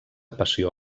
passió